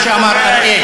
מה שאמר אראל.